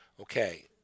okay